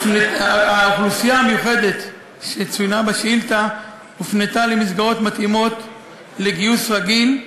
האוכלוסייה המיוחדת שצוינה בשאילתה הופנתה למסגרות מתאימות לגיוס רגיל,